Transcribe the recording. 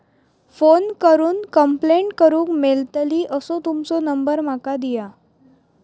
Phone करून complaint करूक मेलतली असो तुमचो नंबर माका दिया?